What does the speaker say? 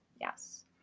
Yes